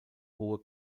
hohe